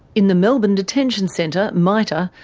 in the melbourne detention centre, mita,